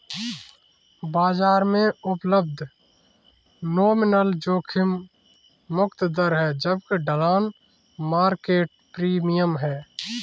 बाजार में उपलब्ध नॉमिनल जोखिम मुक्त दर है जबकि ढलान मार्केट प्रीमियम है